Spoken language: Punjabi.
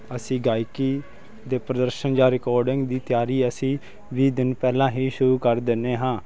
ਅਸੀਂ ਗਾਇਕੀ ਦੇ ਪ੍ਰਦਰਸ਼ਨ ਜਾਂ ਰਿਕਾਰਡਿੰਗ ਦੀ ਤਿਆਰੀ ਅਸੀਂ ਵੀਹ ਦਿਨ ਪਹਿਲਾਂ ਹੀ ਸ਼ੁਰੂ ਕਰ ਦਿੰਦੇ ਹਾਂ